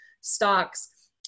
stocks